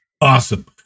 Awesome